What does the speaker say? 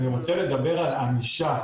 אני רוצה לדבר על ענישה.